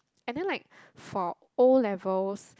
and then like for O-levels